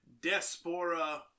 Despora